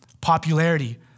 popularity